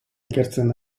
ikertzen